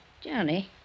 Johnny